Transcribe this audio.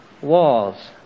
walls